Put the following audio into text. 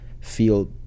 feel